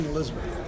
Elizabeth